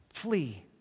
flee